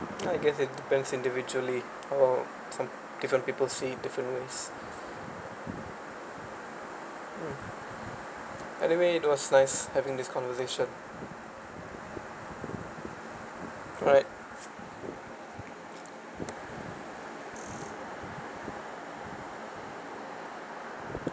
I guess it depends individually all different people see it different ways mm by the way it was nice having this conversation alright